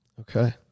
Okay